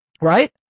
Right